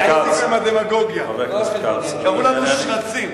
אז אמרתי: איך קוראים לנו "שרץ"?